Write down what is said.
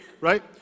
right